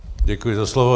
Děkuji za slovo.